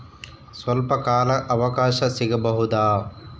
ಸ್ವಲ್ಪ ಕಾಲ ಅವಕಾಶ ಸಿಗಬಹುದಾ?